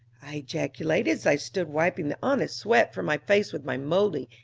i ejaculated i stood wiping the honest sweat from my face with my moldy,